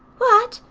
what!